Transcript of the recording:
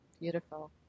beautiful